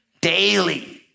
Daily